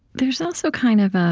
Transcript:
there's also kind of